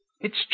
It's